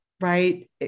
right